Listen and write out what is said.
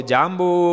Jambu